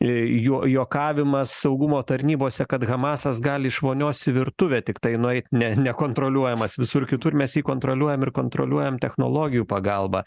juo juokavimas saugumo tarnybose kad hamasas gali iš vonios į virtuvę tiktai nueit ne nekontroliuojamas visur kitur mes jį kontroliuojam ir kontroliuojam technologijų pagalba